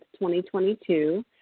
2022